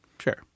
Sure